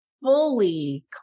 fully